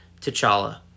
t'challa